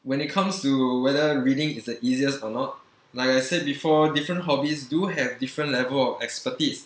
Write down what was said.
when it comes to whether reading is the easiest or not like I said before different hobbies do have different level of expertise